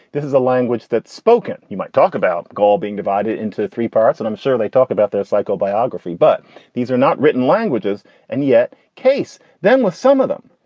this is a language that's spoken. you might talk about gaul being divided into three parts and i'm sure they talk about their psycho biography. but these are not written languages and yet case then with some of them.